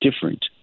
different